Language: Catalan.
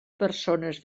persones